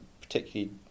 particularly